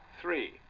Three